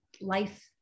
Life